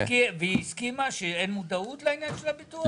הסכימה שאין מודעות לעניין של הביטוח?